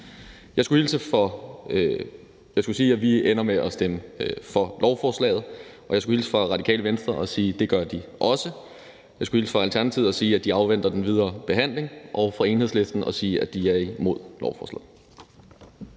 om en finanslov. Vi ender med at stemme for lovforslaget, og jeg skulle hilse fra Radikale Venstre og sige, at det gør de også. Jeg skulle hilse fra Alternativet og sige, at de afventer den videre behandling, og jeg skulle også hilse fra Enhedslisten og sige, at de er imod lovforslaget.